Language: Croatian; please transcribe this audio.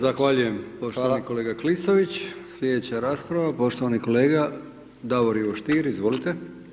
Zahvaljujem poštovani kolega Klisović, slijedeća rasprava poštovani kolega Davor Ivo Stier, izvolite.